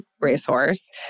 racehorse